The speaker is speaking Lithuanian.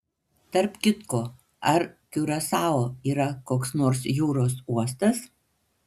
tarp kitko ar kiurasao yra koks nors jūros uostas